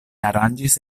aranĝis